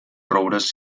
roures